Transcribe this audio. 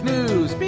News